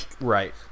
Right